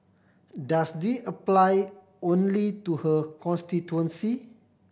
does they apply only to her constituency